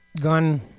gun